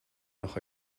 noch